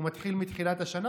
הוא מתחיל בתחילת השנה,